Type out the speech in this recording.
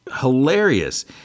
hilarious